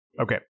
Okay